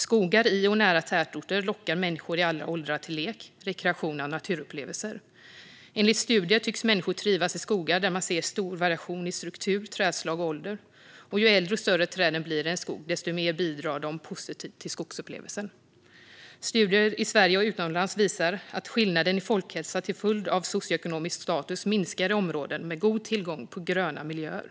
Skogar i och nära tätorter lockar människor i alla åldrar till lek, rekreation och naturupplevelser. Enligt studier tycks människor trivas i skogar där man ser stor variation i struktur, trädslag och ålder. Ju äldre och större träden blir i en skog, desto mer bidrar de positivt till skogsupplevelsen. Studier i Sverige och utomlands visar att skillnaden i folkhälsa till följd av socioekonomisk status minskar i områden med god tillgång på gröna miljöer.